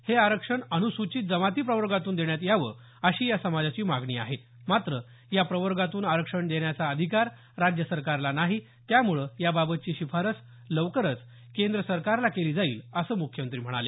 हे आरक्षण अनुसूचित जमाती प्रवर्गातून देण्यात यावं अशी या समाजाची मागणी आहे मात्र या प्रवर्गातून आरक्षण देण्याचा अधिकार राज्य सरकारला नाही त्यामुळे या बाबतची शिफारस लवकरच केंद्र सरकारला केली जाईल असं मुख्यमंत्री म्हणाले